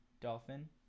dolphin